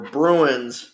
Bruins